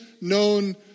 known